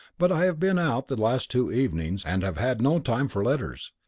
but i have been out the last two evenings and have had no time for letters.